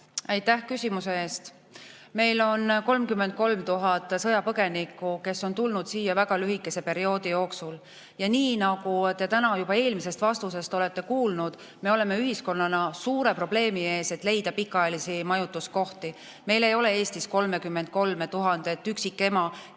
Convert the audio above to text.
Aitäh küsimuse eest! Meil on 33 000 sõjapõgenikku, kes on tulnud siia väga lühikese perioodi jooksul. Ja nagu te täna juba eelmisest vastusest olete kuulnud, me oleme ühiskonnana suure probleemi ees, et leida pikaajalisi majutuskohti. Meil ei ole Eestis 33 000 üksikema,